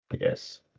Yes